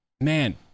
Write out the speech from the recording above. man